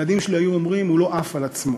הילדים שלי היו אומרים, הוא לא עף על עצמו,